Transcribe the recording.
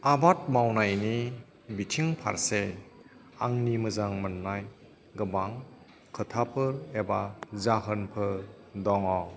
आबाद मावनायनि बिथिंफारसे आंनि मोजां मोननाय गोबां खोथाफोर एबा जाहोनफोर दङ